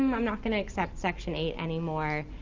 and i'm not gonna accept section eight anymore.